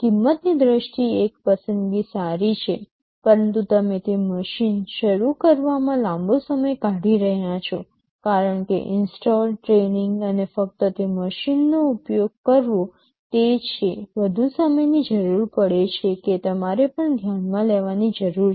કિંમતની દ્રષ્ટિએ એક પસંદગી સારી છે પરંતુ તમે તે મશીન શરૂ કરવામાં લાંબો સમય કાઢી રહ્યાં છો કારણ કે ઇન્સ્ટોલ ટ્રેનિંગ અને ફક્ત તે મશીનનો ઉપયોગ કરવો તે છે વધુ સમયની જરૂર પડે છે કે તમારે પણ ધ્યાનમાં લેવાની જરૂર છે